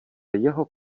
jeho